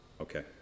Okay